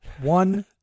One